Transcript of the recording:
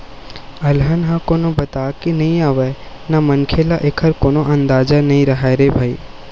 अलहन ह कोनो बताके नइ आवय न मनखे ल एखर कोनो अंदाजा नइ राहय रे भई